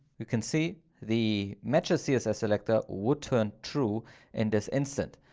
you can see the matches css selector would turn true in this instance.